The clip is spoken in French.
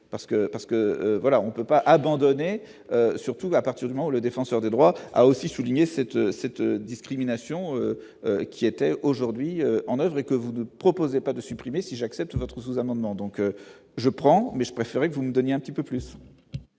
parce que voilà, on peut pas abandonner, surtout à partir du moment, le défenseur des droits, a aussi souligné cette cette discrimination qui était aujourd'hui en oeuvre et que vous ne proposez pas de supprimer si j'accepte votre sous-amendements, donc je prends, mais je préférerais que vous nous donniez un petit peu plus.